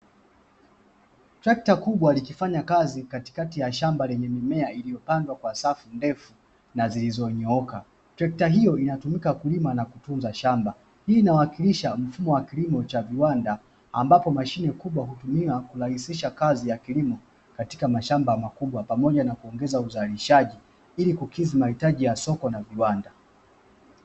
Trekta kubwa likifanya kazi katikati ya shamba lenye mimea iliyopandwa kwenye safu ndefu na zilizonyooka, trekta hiyo hutumika kulima na kutunza shamba. Hii inawakilisha mfumo wa kilimo cha viwanda ambapo mashine kubwa hutumiwa kurahisisha kazi ya kilimo katika mashamba makubwa pamoja na kuongeza uzalishaji ili kukidhi mahitaji ya soko na viwanda.